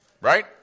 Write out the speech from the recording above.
Right